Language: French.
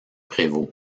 prévost